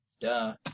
Duh